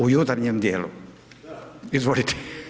U jutarnjem djelu, izvolite.